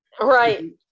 Right